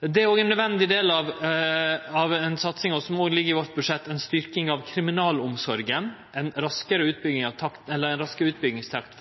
Det er ein nødvendig del av ei satsing, som òg ligg i vårt budsjett, å styrkje kriminalomsorga og få ei raskare utbyggingstakt